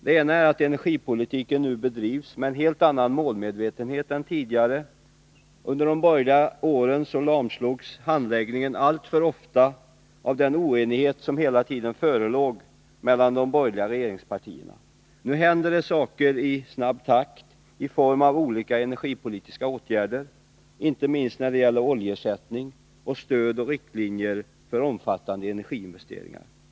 Den ena är att energipolitiken nu bedrivs med en helt annan målmedvetenhet än tidigare. Under de borgerliga regeringsåren lamslogs handläggningen alltför ofta av den oenighet som hela tiden förelåg mellan de borgerliga regeringspartierna. Nu händer det saker i snabb takt i form av olika energipolitiska åtgärder — inte minst när det gäller oljeersättning och stöd och riktlinjer för omfattande energiinvesteringar.